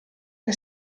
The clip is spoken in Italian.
che